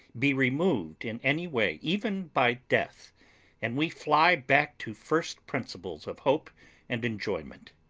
be removed in any way even by death and we fly back to first principles of hope and enjoyment.